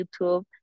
YouTube